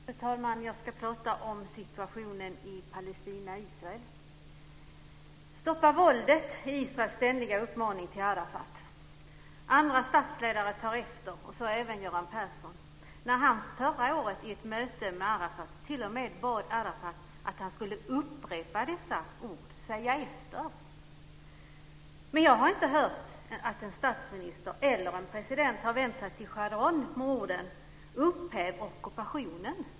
Fru talman! Jag ska prata om situationen i Palestina och Israel. Stoppa våldet! är Israels ständiga uppmaning till Arafat. Andra statsledare tar efter - så även Göran Persson. Under ett möte förra året bad han t.o.m. Arafat att upprepa dessa ord. Men jag har inte hört att en statsminister eller en president har vänt sig till Sharon med orden: Upphäv ockupationen!